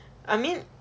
I mean